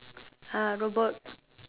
ah robot